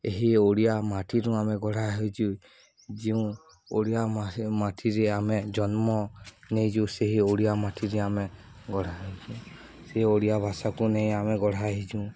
ଏହି ଓଡ଼ିଆ ମାଟିରୁ ଆମେ ଗଢ଼ା ହୋଇଛୁ ଯେଉଁ ଓଡ଼ିଆ ମାଟିରେ ଆମେ ଜନ୍ମ ନେଇଛୁ ସେହି ଓଡ଼ିଆ ମାଟିରେ ଆମେ ଗଢ଼ା ହୋଇଛୁ ସେ ଓଡ଼ିଆ ଭାଷାକୁ ନେଇ ଆମେ ଗଢ଼ା ହୋଇଛୁ